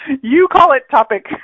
you-call-it-topic